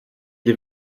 des